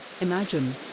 imagine